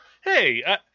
Hey